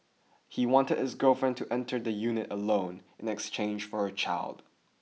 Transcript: he wanted his girlfriend to enter the unit alone in exchange for her child